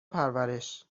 پرورش